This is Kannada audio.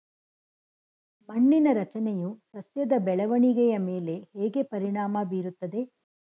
ಮಣ್ಣಿನ ರಚನೆಯು ಸಸ್ಯದ ಬೆಳವಣಿಗೆಯ ಮೇಲೆ ಹೇಗೆ ಪರಿಣಾಮ ಬೀರುತ್ತದೆ?